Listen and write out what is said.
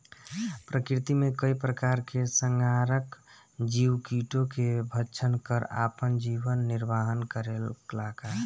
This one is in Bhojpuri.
प्रकृति मे कई प्रकार के संहारक जीव कीटो के भक्षन कर आपन जीवन निरवाह करेला का?